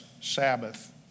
Sabbath